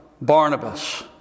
Barnabas